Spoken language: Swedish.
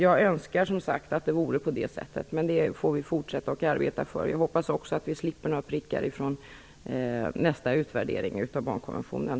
Jag önskar att det vore på det sättet, men vi får fortsätta att arbeta för det. Jag hoppas också att Sverige slipper några prickar vid nästa utvärdering av barnkonventionen.